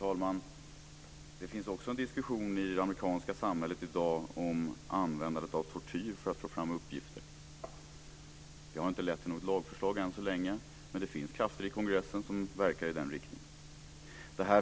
Fru talman! Det förs också en diskussion i det amerikanska samhället i dag om användandet av tortyr för att få fram uppgifter. Det har än så länge inte lett till något lagförslag, men det finns krafter i kongressen som verkar i den riktningen.